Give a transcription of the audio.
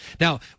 Now